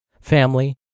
family